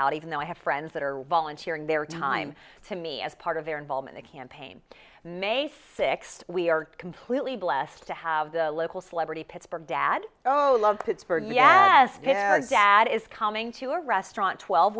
out even though i have friends that are volunteering their time to me as part of their involvement campaign may sixth we are completely blessed to have the local celebrity pittsburgh dad oh i love pittsburgh yes dad is coming to a restaurant twelve